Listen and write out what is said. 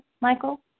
Michael